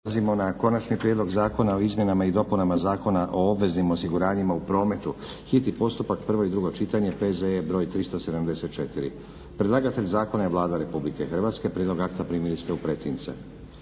Prelazimo na - Konačni prijedlog zakona o izmjenama i dopunama Zakona o obveznim osiguranjima u prometu, hitni postupak, prvo i drugo čitanje, PZE br. 374 Predlagatelj zakona je Vlada Republike Hrvatske. Prijedlog akta primili ste u pretince.